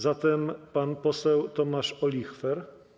Zatem pan poseł Tomasz Olichwer.